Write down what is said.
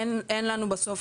אין לנו בסוף